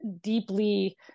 deeply